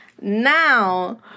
now